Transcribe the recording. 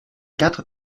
quatre